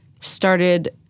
started